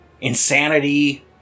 insanity